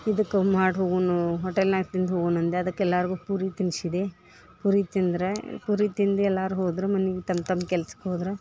ಇದಕ್ಕೆ ಮಾಡಿ ಹೋಗುನ್ ನಾವು ಹೋಟೆಲ್ನಾಗ ತಿಂದು ಹೋಗಣ ಅಂದೆ ಅದಕ್ಕೆ ಎಲ್ಲಾರ್ಗು ಪುರಿ ತಿನ್ಸಿದೆ ಪುರಿ ತಿಂದ್ರ ಪುರಿ ತಿಂದು ಎಲ್ಲಾರು ಹೋದ್ರು ಮನಿಗೆ ತಮ್ಮ ತಮ್ಮ ಕೆಲ್ಸಕ್ಕೆ ಹೋದ್ರ